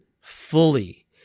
fully